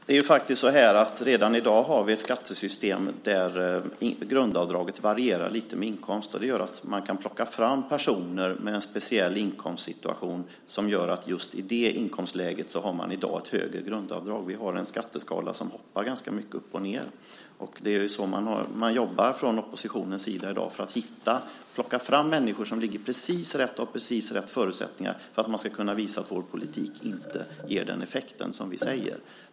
Fru talman! Redan i dag har vi ett skattesystem där grundavdraget varierar lite med inkomsten. Det gör att det går att plocka fram personer med en speciell inkomstsituation som gör att det i dag i just det inkomstläget är ett högre grundavdrag. Vi har ju en skatteskala där det hoppar ganska mycket både uppåt och nedåt. Från oppositionens sida jobbar man i dag på att plocka fram människor som ligger precis rätt och som har precis rätta förutsättningarna för att man ska kunna visa att vår politik inte ger den effekt som vi säger att den ger.